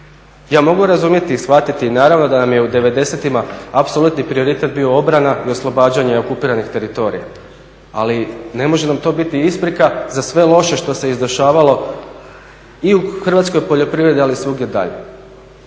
Ja mogu razumjeti i shvatiti naravno da nam je u '90-ima apsolutni prioritet bio obrana i oslobađanje okupiranih teritorija ali ne može nam to biti isprika za sve loše što se izdešavalo i u hrvatskoj poljoprivredi ali svugdje dalje.